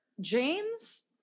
James